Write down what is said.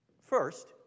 first